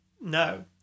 No